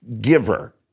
giver